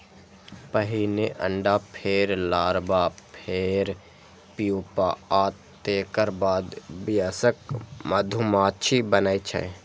पहिने अंडा, फेर लार्वा, फेर प्यूपा आ तेकर बाद वयस्क मधुमाछी बनै छै